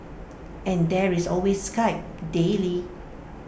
and there is always Skype daily